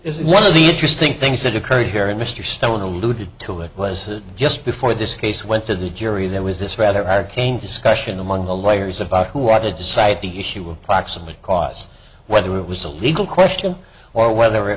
is one of the interesting things that occurred here in mr stone alluded to it was just before this case went to the jury there was this rather arcane discussion among the lawyers about who ought to decide the issue of proximate cause whether it was a legal question or whether it